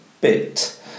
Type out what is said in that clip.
bit